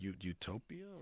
Utopia